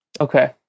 Okay